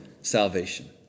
salvation